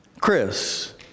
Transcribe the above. chris